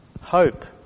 Hope